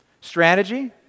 Strategy